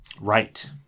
Right